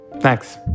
Thanks